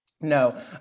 No